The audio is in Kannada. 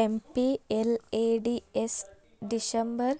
MPLADS December